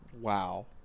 Wow